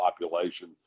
population